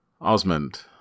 Osmond